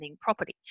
property